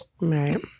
right